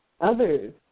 others